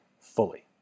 fully